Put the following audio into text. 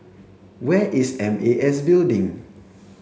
where is M A S Building